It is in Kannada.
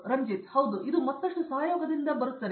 ರಂಜಿತ್ ಹೌದು ಇದು ಮತ್ತಷ್ಟು ಸಹಯೋಗದೊಂದಿಗೆ ಸಹಕರಿಸುತ್ತದೆ